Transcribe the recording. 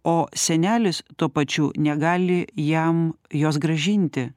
o senelis tuo pačiu negali jam jos grąžinti